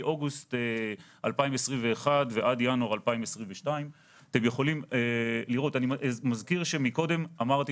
מאוגוסט 2021 ועד ינואר 2022. אני מזכיר שאמרתי קודם